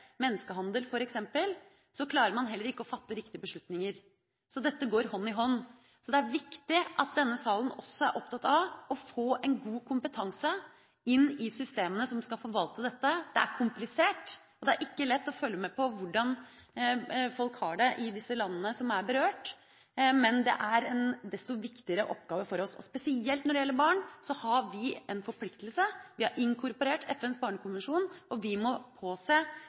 menneskehandel – f.eks. – klarer man heller ikke å fatte riktige beslutninger. Så dette går hånd i hånd. Det er viktig at denne salen også er opptatt av å få god kompetanse inn i systemene som skal forvalte dette. Det er komplisert, og det er ikke lett å følge med på hvordan folk har det i de landene som er berørt, men det er en desto viktigere oppgave for oss. Spesielt når det gjelder barn, har vi en forpliktelse, vi har inkorporert FNs barnekonvensjon, og vi må påse